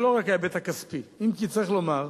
זה לא רק ההיבט הכספי, אם כי צריך לומר